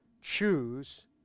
Choose